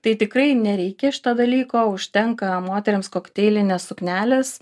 tai tikrai nereikia šito dalyko užtenka moterims kokteilinės suknelės